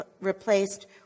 replaced